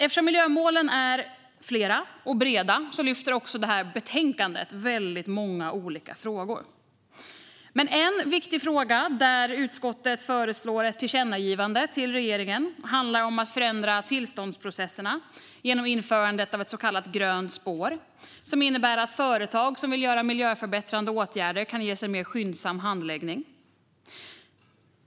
Eftersom miljömålen är flera och breda lyfter också detta betänkande väldigt många olika frågor. En viktig fråga där utskottet föreslår ett tillkännagivande till regeringen handlar om att förändra tillståndsprocesserna genom införandet av ett så kallat grönt spår, som innebär att företag som vill vidta miljöförbättrande åtgärder kan ges en mer skyndsam handläggning.